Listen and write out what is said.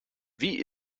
wie